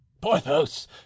Porthos